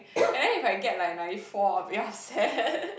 and then if I get like ninety four I'll be upset